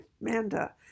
Manda